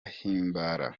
himbara